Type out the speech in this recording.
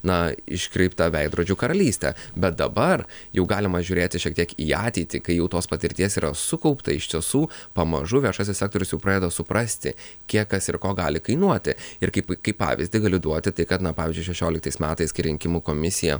na iškreipta veidrodžių karalystė bet dabar jau galima žiūrėti šiek tiek į ateitį kai jau tos patirties yra sukaupta iš tiesų pamažu viešasis sektorius jau pradeda suprasti kiek kas ir ko gali kainuoti ir kaip kaip pavyzdį galiu duoti tai kad na pavyzdžiui šešioliktais metais kai rinkimų komisija